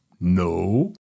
No